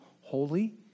holy